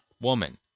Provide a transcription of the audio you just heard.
woman